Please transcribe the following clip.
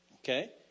Okay